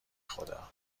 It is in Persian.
خدا